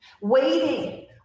waiting